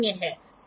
तो यह त्रुटि 0 है